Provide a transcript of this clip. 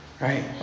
right